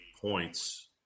points